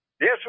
Yes